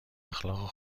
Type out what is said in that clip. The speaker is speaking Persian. اخلاقای